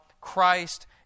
Christ